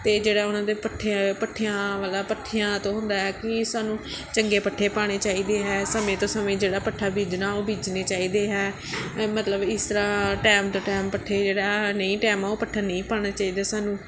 ਅਤੇ ਜਿਹੜਾ ਉਹਨਾਂ ਦੇ ਪੱਠੇ ਪੱਠਿਆਂ ਵਾਲਾ ਪੱਠਿਆਂ ਤੋਂ ਹੁੰਦਾ ਕਿ ਸਾਨੂੰ ਚੰਗੇ ਪੱਠੇ ਪਾਉਣੇ ਚਾਹੀਦੇ ਹੈ ਸਮੇਂ ਤੋਂ ਸਮੇਂ ਜਿਹੜਾ ਪੱਠਾ ਬੀਜਣਾ ਉਹ ਬੀਜਣੇ ਚਾਹੀਦੇ ਹੈ ਮਤਲਬ ਇਸ ਤਰ੍ਹਾਂ ਟਾਈਮ ਟੂ ਟਾਈਮ ਪੱਠੇ ਜਿਹੜਾ ਨਹੀਂ ਟਾਈਮ ਆ ਉਹ ਪੱਠਾ ਨਹੀਂ ਪਾਉਣਾ ਚਾਹੀਦਾ ਸਾਨੂੰ